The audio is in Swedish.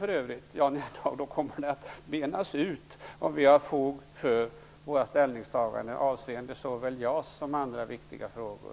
Då visar det sig om vi har fog för våra ställningstaganden avseende såväl JAS som andra viktiga frågor.